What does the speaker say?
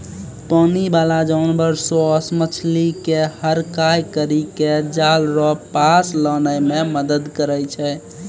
पानी बाला जानवर सोस मछली के हड़काय करी के जाल रो पास लानै मे मदद करै छै